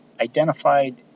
identified